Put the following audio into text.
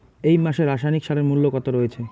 এই মাসে রাসায়নিক সারের মূল্য কত রয়েছে?